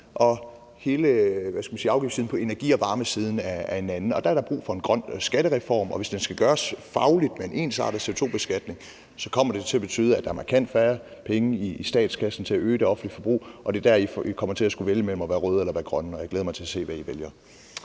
sige, afgiftssiden på energi- og varmeområdet er et andet. Dér er der brug for en grøn skattereform, og hvis det skal gøres fagligt med en ensartet CO2-beskatning, kommer det til at betyde, at der er markant færre penge i statskassen til at øge det offentlige forbrug, og det er dér, I kommer til at skulle vælge mellem at være røde eller være grønne. Og jeg glæder mig til at se, hvad I vælger.